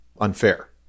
unfair